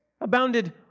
abounded